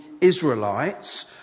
Israelites